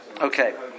Okay